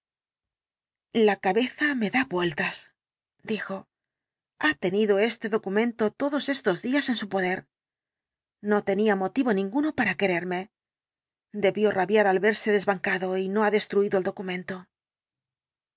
la cabeza me da vueltas dijo ha tenido este documento todos estos días en su poder no tenía motivo ninguno para quererme debió rabiar al verse desbancado y no ha destruido el documento